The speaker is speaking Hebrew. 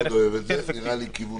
יש פה סיכון מסוים